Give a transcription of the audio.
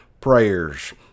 prayers